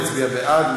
יצביע בעד,